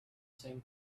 same